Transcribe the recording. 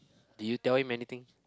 did you tell him anything